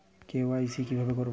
KYC কিভাবে করব?